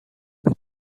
بود